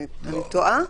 אני טועה?